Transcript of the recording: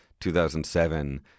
2007